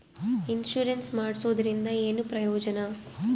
Insurance ಮಾಡ್ಸೋದರಿಂದ ಏನು ಪ್ರಯೋಜನ?